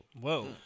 whoa